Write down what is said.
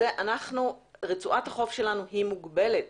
רצועת החוף שלנו מוגבלת